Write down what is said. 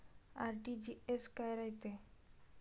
RTGS काय रायते?